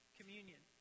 communion